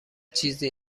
چیزی